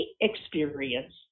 experience